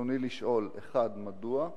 רצוני לשאול: 1. מדוע?